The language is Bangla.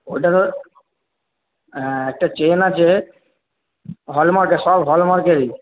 ওটা হ্যাঁ একটা চেন আছে হলমার্কের সব হলমার্কেরই